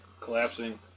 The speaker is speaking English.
collapsing